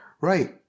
Right